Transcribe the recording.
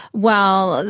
well,